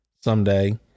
someday